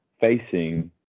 facing